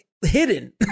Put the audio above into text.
hidden